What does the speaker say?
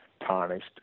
tarnished